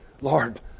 Lord